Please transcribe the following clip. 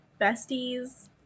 besties